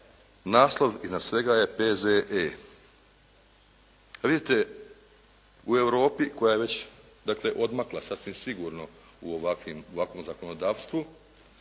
naslov iznad svega je P.Z.E. Vidite u Europi koja je već dakle odmakla sasvim sigurno u ovakvom zakonodavstvu,